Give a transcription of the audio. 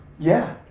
yeah.